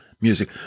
music